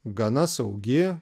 gana saugi